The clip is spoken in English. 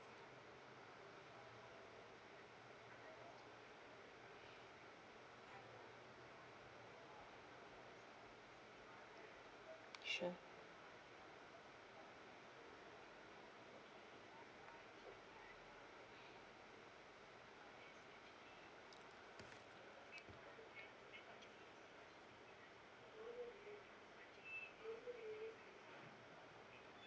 sure